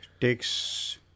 takes